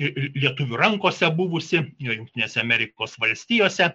ir lietuvių rankose buvusi jungtinėse amerikos valstijose